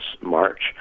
March